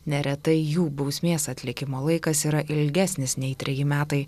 neretai jų bausmės atlikimo laikas yra ilgesnis nei treji metai